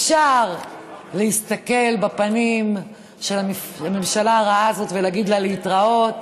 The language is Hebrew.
אפשר להסתכל בפנים של הממשלה הרעה הזאת ולהגיד לה להתראות,